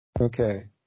Okay